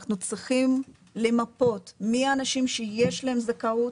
אנחנו צריכים למפות מי האנשים שיש להם זכאות,